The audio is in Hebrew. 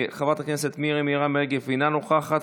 חברת הכנסת מירי מרים רגב אינה נוכחת,